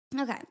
Okay